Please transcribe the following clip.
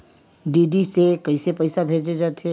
DD से कइसे पईसा भेजे जाथे?